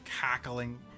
cackling